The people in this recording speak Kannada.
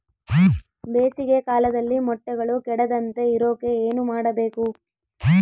ಬೇಸಿಗೆ ಕಾಲದಲ್ಲಿ ಮೊಟ್ಟೆಗಳು ಕೆಡದಂಗೆ ಇರೋಕೆ ಏನು ಮಾಡಬೇಕು?